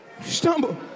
stumble